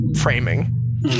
framing